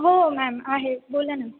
हो मॅम आहे बोला ना